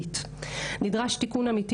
רייט אדלמן.